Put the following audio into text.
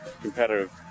competitive